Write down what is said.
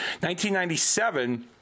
1997